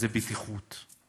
זה בטיחות.